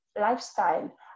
lifestyle